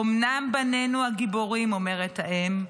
אומנם בנינו הגיבורים, אומרת האם,